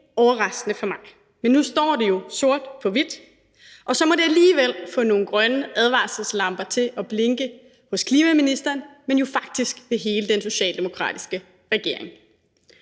overraskende for mig, men nu står det jo sort på hvidt, og så må det alligevel få nogle grønne advarselslamper til at blinke hos klimaministeren, men jo faktisk også i hele den socialdemokratiske regering.